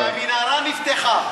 הנה, המנהרה נפתחה.